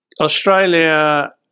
Australia